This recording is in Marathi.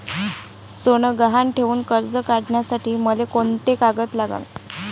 सोनं गहान ठेऊन कर्ज काढासाठी मले कोंते कागद लागन?